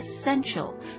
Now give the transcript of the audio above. essential